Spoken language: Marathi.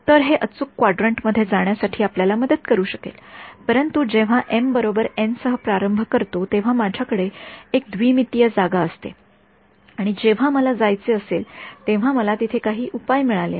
तर हे अचूक क्वाड्रंटमध्ये जाण्यासाठी आपल्याला मदत करू शकेल परंतु जेव्हा मी एम बरोबर एनसह प्रारंभ करतो तेव्हा माझ्याकडे एक द्विमितीय जागा असते आणि जेव्हा मला जायचे असेल तेव्हा मला तेथे काही उपाय मिळाला आहे